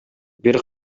бир